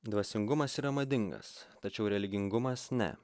dvasingumas yra madingas tačiau religingumas ne